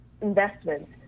investments